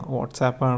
WhatsApp